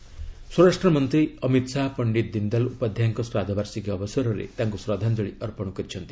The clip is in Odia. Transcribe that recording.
ଶାହା ଦୀନଦୟାଲ ସ୍ୱରାଷ୍ଟ୍ରମନ୍ତ୍ରୀ ଅମିତ ଶାହା ପଣ୍ଡିତ ଦୀନଦୟାଲ ଉପାଧ୍ୟାୟଙ୍କ ଶ୍ରାଦ୍ଧବାର୍ଷିକୀ ଅବସରରେ ତାଙ୍କୁ ଶ୍ରଦ୍ଧାଞ୍ଚଳି ଅର୍ପଣ କରିଛନ୍ତି